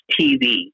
TV